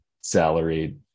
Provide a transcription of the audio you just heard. salary